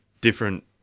different